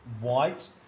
white